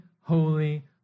holy